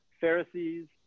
Pharisees